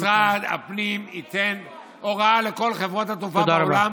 שמשרד הפנים ייתן הוראה לכל חברות התעופה בעולם